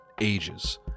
ages